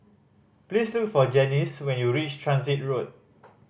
please look for Janis when you reach Transit Road